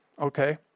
Okay